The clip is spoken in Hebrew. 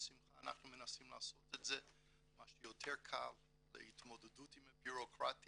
בשמחה אנחנו מנסים לעשות את זה מה שיותר קל להתמודדות עם הביורוקרטיה.